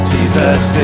Jesus